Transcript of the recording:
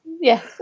yes